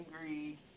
angry